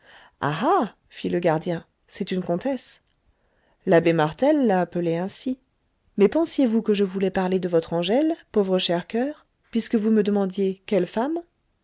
fit le gardien c'est une comtesse l'abbé martel l'a appelée ainsi mais pensiez-vous que je voulais parler de votre angèle pauvre cher coeur puisque vous me demandiez quelle femme